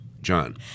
John